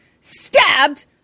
stabbed